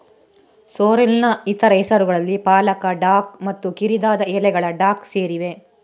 ಸೋರ್ರೆಲ್ನ ಇತರ ಹೆಸರುಗಳಲ್ಲಿ ಪಾಲಕ ಡಾಕ್ ಮತ್ತು ಕಿರಿದಾದ ಎಲೆಗಳ ಡಾಕ್ ಸೇರಿವೆ